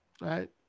right